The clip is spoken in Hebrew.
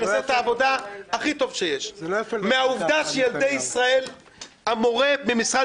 אני עושה את העבודה הכי טוב שיש מהעובדה שהמורה במשרד